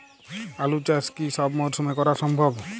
আলু চাষ কি সব মরশুমে করা সম্ভব?